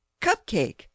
Cupcake